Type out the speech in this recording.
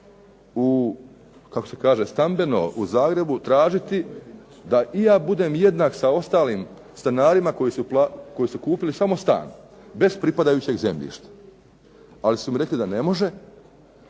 u kako se kaže Stambeno u zagrebu tražiti da i ja budem jednak sa ostalim stanarima koji su kupili samo stan bez pripadajućeg zemljišta, ali su mi rekli da ne može,